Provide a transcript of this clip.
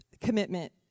commitment